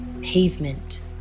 Pavement